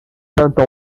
peinte